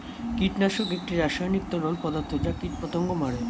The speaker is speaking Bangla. কীটনাশক একটি রাসায়নিক তরল পদার্থ যা কীটপতঙ্গ মারে